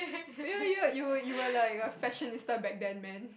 you were you were like a fashionista back then man